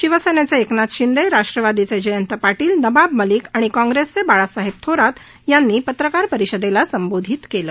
शिवसेनेचे एकनाथ शिंदे राष्ट्रवादीचे जयंत पाटील नबाब मलिक आणि काँग्रेसचे बाळासाहेब थोरात यांनी पत्रकार परिषदेला संबोधित केलं